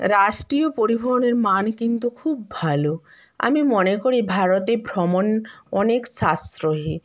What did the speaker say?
রাষ্টীয় পরিবহনের মান কিন্তু খুব ভালো আমি মনে করি ভারতে ভ্রমণ অনেক সাশ্রয়ী